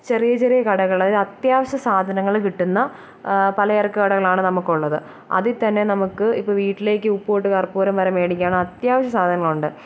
ചെറിയ ചെറിയ കടകൾ അത്യാവശ്യ സാധനങ്ങൾ കിട്ടുന്ന പലചരക്ക് കടകളാണ് നമുക്കുള്ളത് അതിൽ തന്നെ നമുക്ക് ഇപ്പം വീട്ടിലേക്ക് ഉപ്പ് തൊട്ട് കർപ്പൂരം വരെ മേടിക്കാൻ അത്യാവശ്യ സാധങ്ങളുണ്ട്